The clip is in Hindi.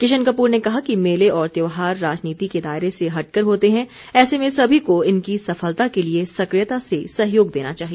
किशन कपूर ने कहा कि मेले और त्योहार राजनीति के दायरे से हटकर होते हैं ऐसे में सभी को इनकी सफलता के लिए सक्रियता से सहयोग देना चाहिए